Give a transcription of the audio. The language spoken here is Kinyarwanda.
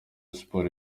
sports